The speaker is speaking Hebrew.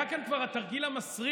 היה כאן כבר התרגיל המסריח